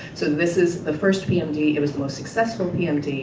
so this is the first pmd, it was the most successful pmd,